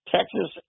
Texas